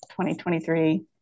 2023